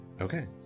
okay